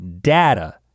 data